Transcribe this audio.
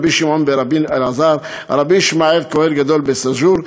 קבר רבי שמעון בן רבי אלעזר וקבר רבי ישמעאל כוהן גדול בסאג'ור,